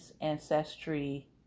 ancestry